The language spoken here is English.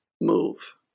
move